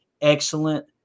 Excellent